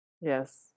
Yes